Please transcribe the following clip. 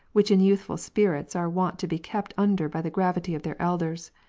which in youthful spirits are wont to be kept under by the gravity of their elders.